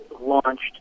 launched